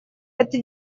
эта